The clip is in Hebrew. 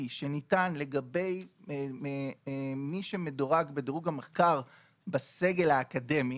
שניתן לגבי מי שמדורג בדירוג המחקר בסגל האקדמי,